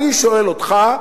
אני שואל אותך,